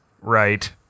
right